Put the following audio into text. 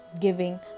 giving